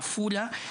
עפולה,